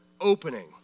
opening